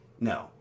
No